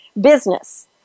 business